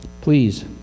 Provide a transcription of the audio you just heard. Please